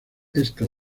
esta